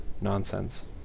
nonsense